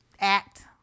act